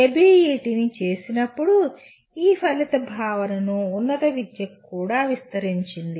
ABET చేసినప్పుడు ఈ ఫలిత భావనను ఉన్నత విద్యకు కూడా విస్తరించింది